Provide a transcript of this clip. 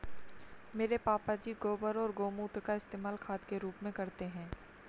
मेरे पापा जी गोबर और गोमूत्र का इस्तेमाल खाद के रूप में करते हैं